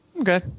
Okay